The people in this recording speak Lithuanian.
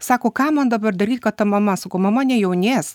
sako ką man dabar daryt kad ta mama sakau mama nejaunės